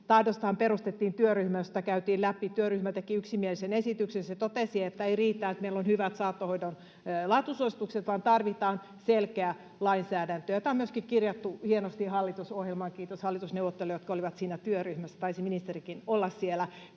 tahdostahan perustettiin työryhmä, jossa sitä käytiin läpi. Työryhmä teki yksimielisen esityksen. Se totesi, että ei riitä, että meillä on hyvät saattohoidon laatusuositukset, vaan tarvitaan selkeä lainsäädäntö. Tämä on myöskin kirjattu hienosti hallitusohjelmaan, kiitos hallitusneuvottelijoiden, jotka olivat siinä työryhmässä — taisi ministerikin siellä